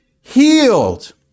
healed